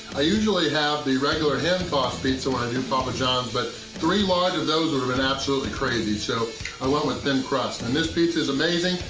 i usually have the regular hand-tossed pizza when i do papa johns, but three large of those would've been absolutely crazy, so i went with thin crust, and this pizza's amazing.